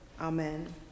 Amen